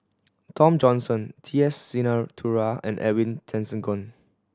Tom Johnson T S Sinnathuray and Edwin Tessensohn